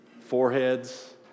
foreheads